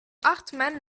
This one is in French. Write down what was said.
hartmann